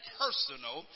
personal